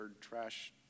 trash